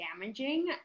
damaging